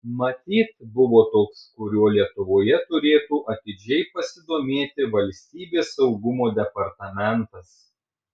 matyt buvo toks kuriuo lietuvoje turėtų atidžiai pasidomėti valstybės saugumo departamentas